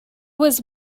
was